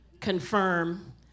confirm